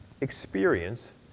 experience